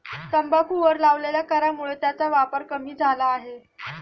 तंबाखूवर लावलेल्या करामुळे त्याचा वापर कमी झाला आहे